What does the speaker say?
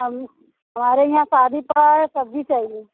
हम हमारे यहाँ शादी पड़ा है सब्ज़ी चाहिए